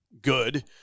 Good